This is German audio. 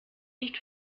nicht